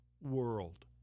world